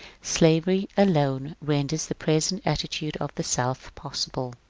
slavery alone renders the present attitude of the south possible.